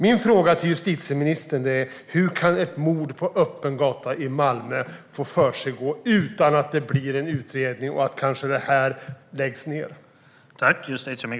Min fråga till justitieministern är: Hur kan ett mord på öppen gata i Malmö få ske utan att det blir någon utredning och det i stället kanske läggs ned?